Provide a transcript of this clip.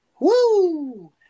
Woo